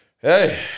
Hey